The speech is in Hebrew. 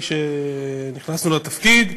כשנכנסנו לתפקיד.